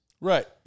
Right